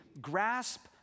grasp